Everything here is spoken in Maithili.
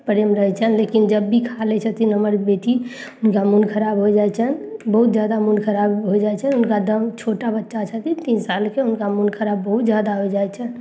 प्रेम रहय छनि लेकिन जब भी खा लै छथिन हमर बेटी हुनका मोन खराब होइ जाइ छनि बहुत जादा मोन खराब होइ जाइ छै हुनका छोटा बच्चा छथिन तीन सालके हुनका मोन खराब बहुत जादा हो जाइ छनि